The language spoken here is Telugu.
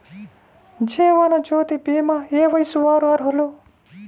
జీవనజ్యోతి భీమా ఏ వయస్సు వారు అర్హులు?